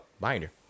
Binder